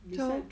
so